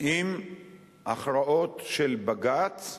עם הכרעות של בג"ץ,